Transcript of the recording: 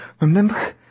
Remember